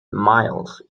miles